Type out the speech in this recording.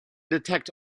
detect